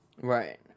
Right